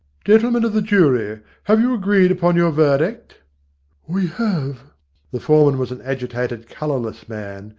gentlemen of the jury, have you agreed upon your verdict we have the foreman was an agitated, colourless man,